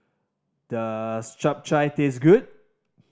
does Chap Chai taste good